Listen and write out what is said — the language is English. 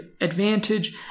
advantage